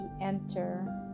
enter